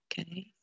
okay